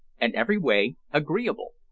and every way agreeable.